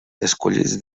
escollits